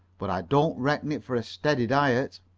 but i don't recommend it for a steady diet.